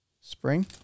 spring